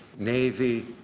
navy